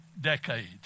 decade